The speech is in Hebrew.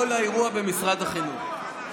כל האירוע במשרד החינוך.